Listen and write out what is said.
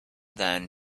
then